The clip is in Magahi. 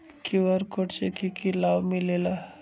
कियु.आर कोड से कि कि लाव मिलेला?